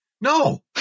No